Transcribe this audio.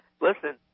Listen